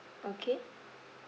okay